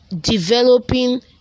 developing